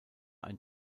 ein